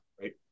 right